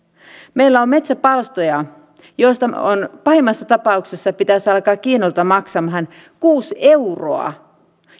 meillä on metsäpalstoja joista pahimmassa tapauksessa pitäisi alkaa kiinnolta maksamaan kuusi euroa